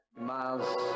Miles